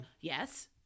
Yes